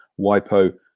WIPO